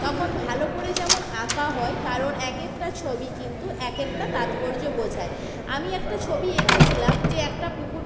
তখন ভালো করে যেমন আঁকা হয় কারণ এক একটা ছবি কিন্তু এক একটা তাৎপর্য বোঝায় আমি একটা ছবি এঁকেছিলাম যে একটা পুকুর